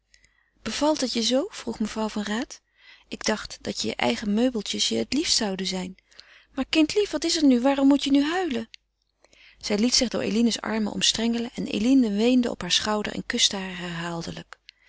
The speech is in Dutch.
bevalt het je zoo vroeg mevrouw van raat ik dacht dat je eigen meubeltjes je het liefst zouden zijn maar kindlief wat is er nu waarom moet je nu huilen zij liet zich door eline's armen omstrengelen en eline weende op heur schouder en kuste haar herhaaldelijk